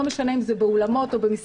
לא משנה אם זה באולמות או במסעדות.